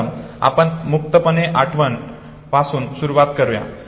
प्रथम आपण मुक्तपणे आठवण पासून सुरवात करूया